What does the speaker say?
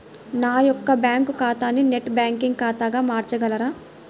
నా యొక్క బ్యాంకు ఖాతాని నెట్ బ్యాంకింగ్ ఖాతాగా మార్చగలరా?